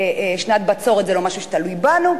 שנת בצורת זה לא משהו שתלוי בנו.